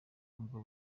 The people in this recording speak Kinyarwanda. ubwo